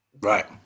Right